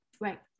Right